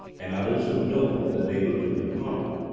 and others who know that they will do them harm.